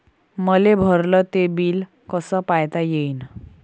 मले भरल ते बिल कस पायता येईन?